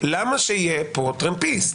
למה שיהיה פה טרמפיסט?